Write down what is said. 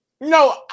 No